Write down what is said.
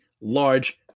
large